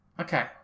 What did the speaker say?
Okay